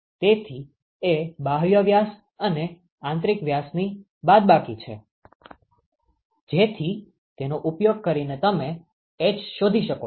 તેથી ΠD એ બાહ્ય વ્યાસ અને આંતરિક વ્યાસની બાદબાકી છે જેથી તેનો ઉપયોગ કરીને તમે h શોધી શકો છો